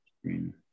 screen